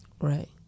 Right